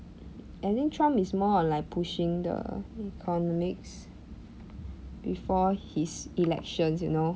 I think trump is more on like pushing the economics before his elections you know